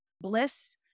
Bliss